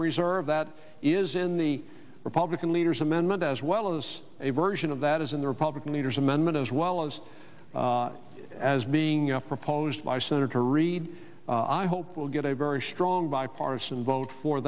reserve that is in the republican leaders amendment as well as a version of that is in the republican leader's amendment as well as as being proposed by senator reid i hope will get a very strong bipartisan vote for